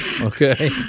okay